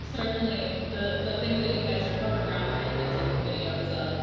certainly, the the things that you guys are photographing and taking videos of